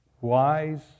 wise